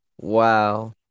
Wow